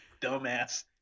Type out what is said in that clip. dumbass